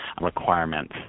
requirements